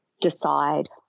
decide